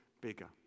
bigger